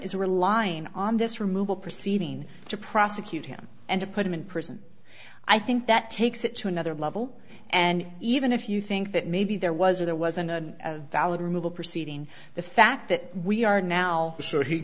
is relying on this removal proceeding to prosecute him and to put him in prison i think that takes it to another level and even if you think that maybe there was or there wasn't a valid removal proceeding the fact that we are now sure he